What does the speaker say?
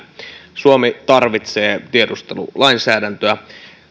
suomi tarvitsee tiedustelulainsäädäntöä